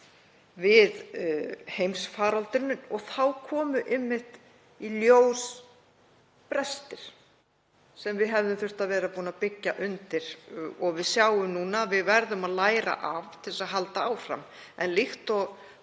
við heimsfaraldur. Þá komu einmitt í ljós brestir sem við hefðum þurft að vera búin að byggja undir og við sjáum núna að við verðum að læra af til að halda áfram. En líkt og